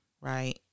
right